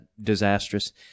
disastrous